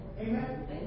Amen